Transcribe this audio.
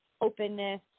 openness